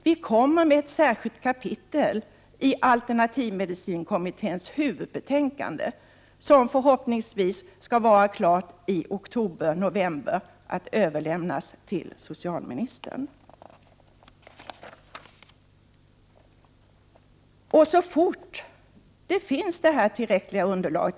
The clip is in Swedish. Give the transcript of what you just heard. Vi har ett särskilt kapitel i kommitténs huvudbetänkande, som förhoppningsvis skall vara klart någon gång i oktober-november att överlämnas till socialministern.